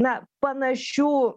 na panašių